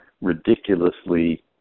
ridiculously